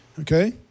okay